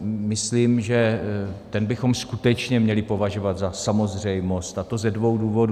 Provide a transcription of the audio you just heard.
Myslím, že ten bychom skutečně měli považovat za samozřejmost, a to ze dvou důvodů.